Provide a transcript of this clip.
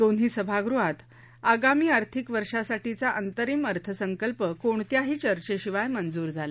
दोन्ही सभागृहात आगामी आर्थिक वर्षासाठीचा अंतरिम अर्थसंकल्प कोणत्याही चर्चेशिवाय मंजूर झाला